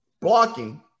blocking